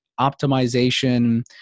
optimization